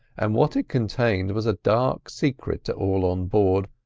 and what it contained was a dark secret to all on board,